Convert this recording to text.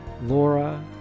Laura